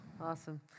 Awesome